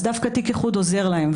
אז דווקא תיק איחוד עוזר להם.